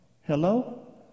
Hello